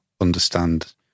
understand